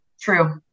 True